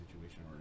situation